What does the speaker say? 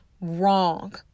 wrong